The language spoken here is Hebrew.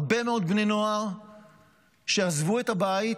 אני מכיר הרבה מאוד בני נוער שעזבו את הבית,